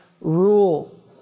rule